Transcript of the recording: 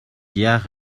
яах